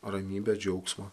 ramybę džiaugsmą